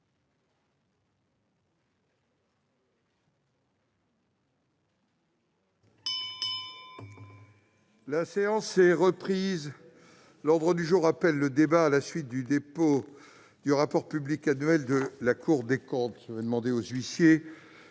La séance est reprise. L'ordre du jour appelle le débat à la suite du dépôt du rapport public annuel de la Cour des comptes. Huissiers,